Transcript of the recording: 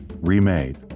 Remade